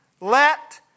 Let